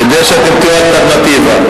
כדי שאתם תהיו אלטרנטיבה.